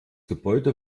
gebäude